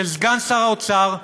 של סגן שר האוצר,